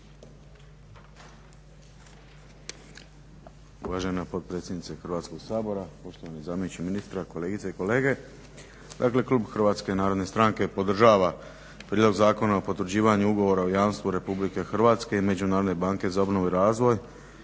Uvažena potpredsjednice Hrvatskog sabora, poštovani zamjeniče ministra, kolegice i kolege. Dakle klub HNS-a podržava Prijedlog Zakona o potvrđivanju ugovora o jamstvu RH i Međunarodne banke za obnovu i razvoj